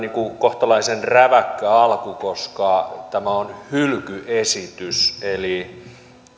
kohtalaisen räväkkä alku koska tämä on hylkyesitys